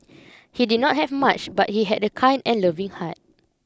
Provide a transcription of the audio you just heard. he did not have much but he had a kind and loving heart